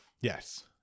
Yes